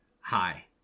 hi